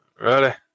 Ready